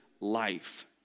life